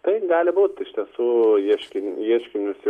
tai gali būti su ieškiniu ieškinius